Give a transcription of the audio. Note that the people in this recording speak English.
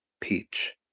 peach